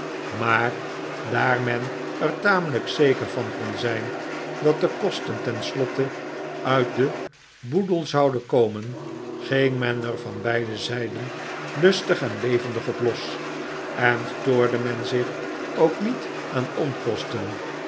maar daar men er tamelijk zeker van kon zijn dat de kosten ten slotte uit den boedel zouden komen ging men er van beide zijden lustig en levendig op los en stoorde men zich ook niet aan onkosten